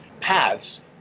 paths